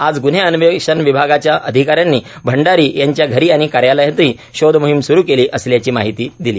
आज गुन्हे अन्वेशण विभागाच्या अधिकाऱ्यांनी भंडारी यांच्या घरी आणि कार्यालयातही षोध मोहिम सुरू केली असल्याची माहिती दिली